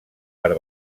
per